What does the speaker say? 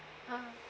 ah